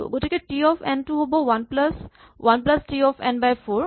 গতিকে T of n টো হ'ব one plus one plus T of n by four